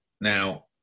now